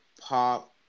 pop